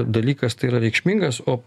dalykas tai yra reikšmingas o